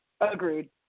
Agreed